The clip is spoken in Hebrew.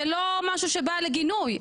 זה לא משהו שבא לגינוי,